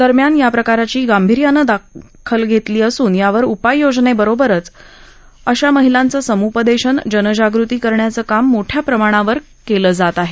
दरम्यान या प्रकारची गांभीर्यानं दाखल घेतली असून यावर उपाय योजने बरोबरच अशा महिलांचं समुपदेशन जनजागृती करण्याचं काम मोठ्या प्रमाणावर सध्या करण्यात येत आहे